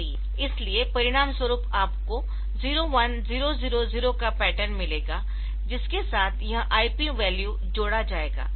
इसलिए परिणामस्वरूप आपको 01000 का पैटर्न मिलेगा जिसके साथ यह IP वैल्यू जोड़ा जाएगा